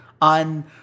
on